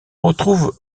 retrouve